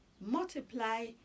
multiply